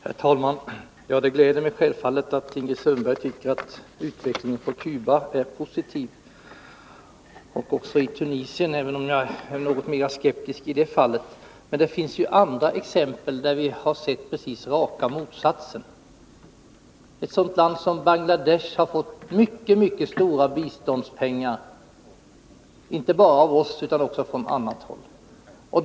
Herr talman! Det gläder mig självfallet att Ingrid Sundberg tycker att utvecklingen på Cuba är positiv. Detsamma gäller hennes uttalande om Tunisien, även om jag i det fallet är något mer skeptisk. Men det finns andra exempel, där vi sett raka motsatsen. Ett sådant land som Bangladesh har fått mycket stora biståndspengar, inte bara av oss utan också från annat håll.